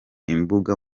imbuga